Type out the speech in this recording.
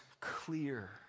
clear